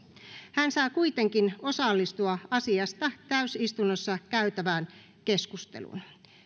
hän saa kuitenkin osallistua asiasta täysistunnossa käytävään keskusteluun